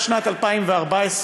פעם, כמה?